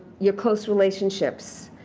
your close relationships.